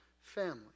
family